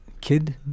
kid